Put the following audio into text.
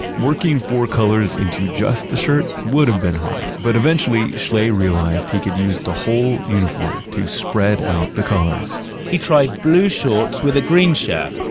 and working four colors into just the shirt would have been hard but eventually, schlee realized he could use the whole uniform to spread out the colors he tried blue shorts with a green shirt,